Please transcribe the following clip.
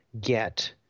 get